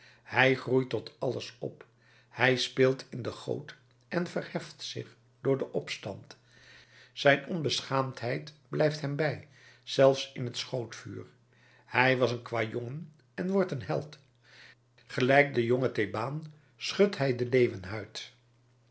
hij groeit tot alles op hij speelt in de goot en verheft zich door den opstand zijn onbeschaamdheid blijft hem bij zelfs in het schrootvuur hij was een kwajongen en wordt een held gelijk de jonge thebaan schudt hij de